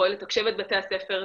פועל לתקשב את בתי הספר.